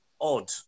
odd